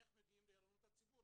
איך מביאים לערנות הציבור?